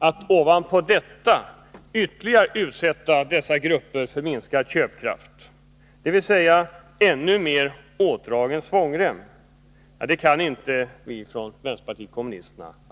Att ovanpå detta utsätta dessa grupper för ytterligare minskad köpkraft, dvs. ännu mer åtdragen svångrem, kan inte vi från vpk acceptera.